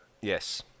yes